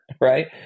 right